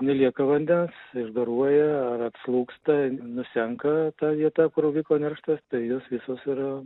nelieka vandens išgaruoja ar atslūgsta nusenka ta vieta kur vyko nerštas tai jos visos yra